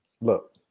Look